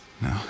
No